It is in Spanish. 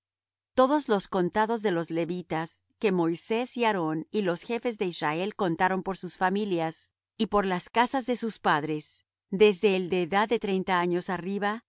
todos los contados de los levitas que moisés y aarón y los jefes de israel contaron por sus familias y por las casas de sus padres desde el de edad de treinta años arriba